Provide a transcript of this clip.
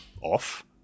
off